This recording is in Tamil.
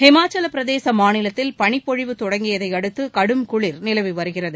ஹிமாச்சல பிரதேச மாநிலத்தில் பனிப்பொழிவு தொடங்கியதை அடுத்து கடும் குளிர் நிலவி வருகிறது